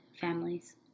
families